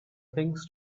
things